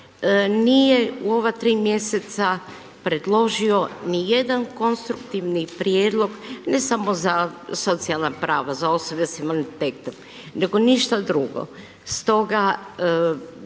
nije u ova tri mjeseca predložio nijedan konstruktivni prijedlog ne samo za socijalna prava, za osobe s invaliditetom nego ništa drugo.